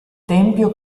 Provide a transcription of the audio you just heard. tempio